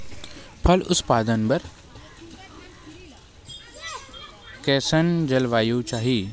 फसल उत्पादन बर कैसन जलवायु चाही?